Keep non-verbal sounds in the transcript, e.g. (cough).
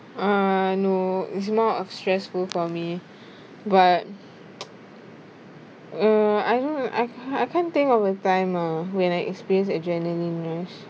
uh no it's more of stressful for me but (noise) uh I don't know I c~ I can't think of a time uh when I experience adrenaline rush